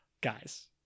guys